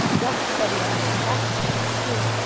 he also decided he wanted to make hacky sacks, too.